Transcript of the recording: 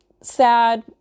sad